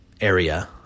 area